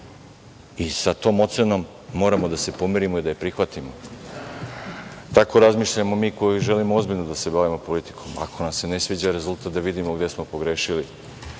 i sa tom ocenom moramo da se pomirimo i da je prihvatimo. Tako razmišljamo mi koji želimo ozbiljno da se bavimo politikom. Ako nam se ne sviđa rezultat da vidimo gde smo pogrešili